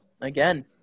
Again